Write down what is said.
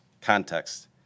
context